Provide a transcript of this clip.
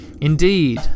Indeed